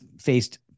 faced-